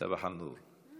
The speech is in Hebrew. סבאח אל-נור.